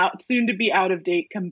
soon-to-be-out-of-date